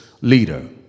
leader